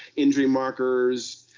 injury markers.